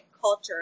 culture